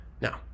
Now